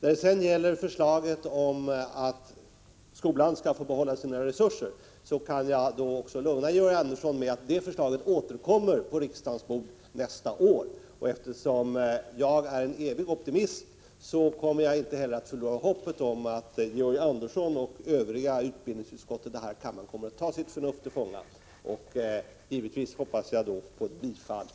När det sedan gäller förslaget att skolan skall få behålla sina resurser kan jag lugna Georg Andersson med att det förslaget återkommer på riksdagens bord nästa år. Eftersom jag är en evig optimist, kommer jag inte heller att förlora hoppet om att Georg Andersson och övriga i utbildningsutskottet och häri kammaren kommer att ta sitt förnuft till fånga. Jag hoppas givetvis på ett bifall nästa år.